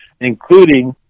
including